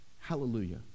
hallelujah